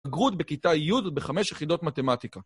בגרות בכיתה י' בחמש יחידות מתמטיקה